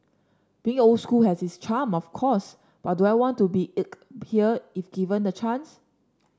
being old school has its charm of course but do I want to be inked here if given the chance